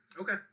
Okay